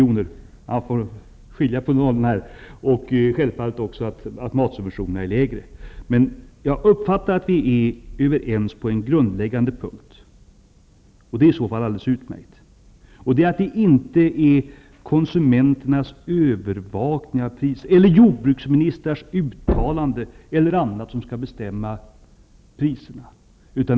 Vi har kobidragen på 6 000 miljoner. Dessutom är matsubventionerna lägre. Jag uppfattar det som att vi är överens på en grundläggande punkt. Det är i så fall alldeles utmärkt. Det är inte konsumenternas övervakning av priserna eller jordbruksministrars uttalanden som skall bestämma priserna.